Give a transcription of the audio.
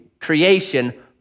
creation